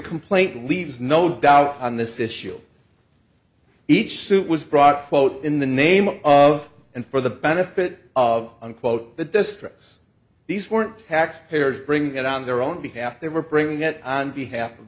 complaint leaves no doubt on this issue each suit was brought in the name of and for the benefit of unquote the distress these were tax payers bring it on their own behalf they were bringing it on behalf of